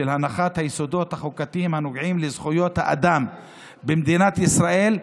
"הנחת היסודות החוקתיים הנוגעים לזכויות האדם" במדינת ישראל,